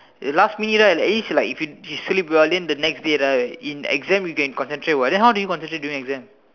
if last minute right at least like if you sleep well then the next day right in exam you can concentrate what then how do you concentrate in exam